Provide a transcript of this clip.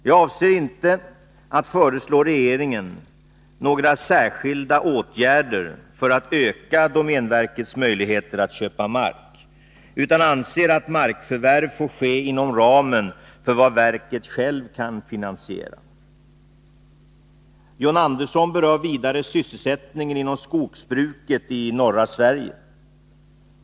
Jag avser inte att föreslå regeringen några särskilda åtgärder för att öka domänverkets möjligheter att köpa mark, utan jag anser att markförvärv får ske inom ramen för vad verket självt kan finansiera. John Andersson berör vidare sysselsättningen inom skogsbruket i norra Sverige.